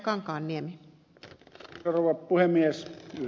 yhdyn kyllä siihen mitä ed